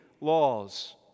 laws